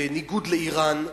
בניגוד לאירן,